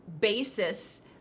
basis